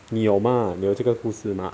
你有吗你有这个故事吗